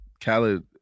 Khaled